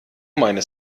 meine